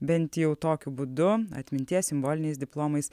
bent jau tokiu būdu atminties simboliniais diplomais